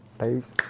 Peace